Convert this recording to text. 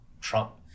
Trump